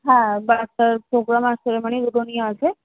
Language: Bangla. হ্যাঁ বাচ্চার প্রোগ্রাম আছে মানে আছে